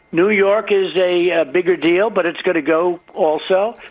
new york is a, ah, bigger deal, but it's going to go also.